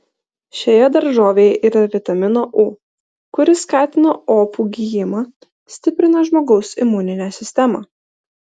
šioje daržovėje yra vitamino u kuris skatina opų gijimą stiprina žmogaus imuninę sistemą